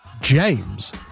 James